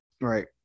Right